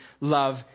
love